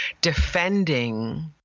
defending